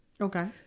Okay